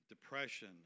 Depression